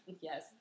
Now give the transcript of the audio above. Yes